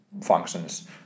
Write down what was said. functions